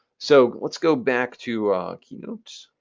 so, let's go back to keynotes.